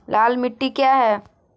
लाल मिट्टी क्या है?